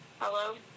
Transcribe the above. Hello